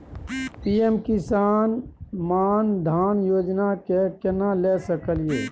PM किसान मान धान योजना के केना ले सकलिए?